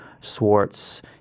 Swartz